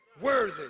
worthy